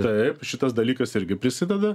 taip šitas dalykas irgi prisideda